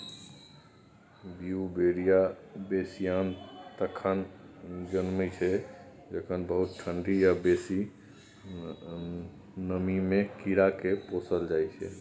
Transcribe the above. Beauveria बेसियाना तखन जनमय छै जखन बहुत ठंढी या बेसी नमीमे कीड़ाकेँ पोसल जाइ छै